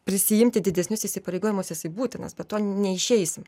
prisiimti didesnius įsipareigojimus jisai būtinas be to neišeisim